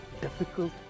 difficult